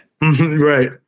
Right